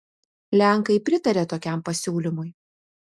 lenkai pritarė tokiam pasiūlymui